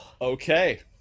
Okay